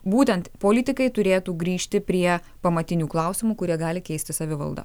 būtent politikai turėtų grįžti prie pamatinių klausimų kurie gali keisti savivaldą